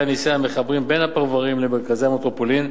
הנסיעה המחברים בין הפרברים למרכזי המטרופולין,